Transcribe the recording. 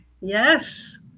Yes